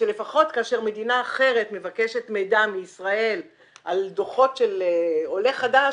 שלפחות כאשר מדינה אחרת מבקשת מידע מישראל על דוחות של עולה חדש,